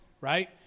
right